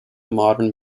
modern